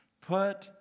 Put